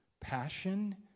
passion